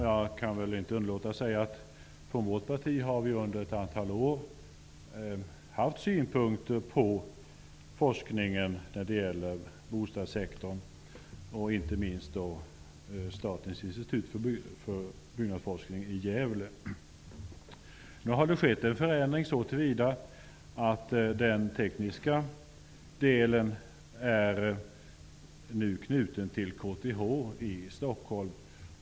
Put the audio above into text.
Jag kan väl inte underlåta att säga att vi från vårt parti under ett antal år har haft synpunkter på forskningen inom bostadssektorn, inte minst angående Statens institut för byggnadsforskning i Gävle. Nu har det skett en förändring såtillvida att den tekniska delen är knuten till KTH i Stockholm.